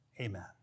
Amen